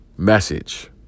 message